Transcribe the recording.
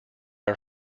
are